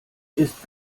ist